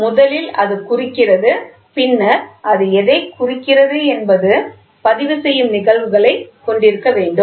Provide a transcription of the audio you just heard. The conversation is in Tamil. எனவே முதலில் அது குறிக்கிறது பின்னர் அது எதைக் குறிக்கிறது என்பது பதிவு செய்யும் நிகழ்வுகளைக் கொண்டிருக்க வேண்டும்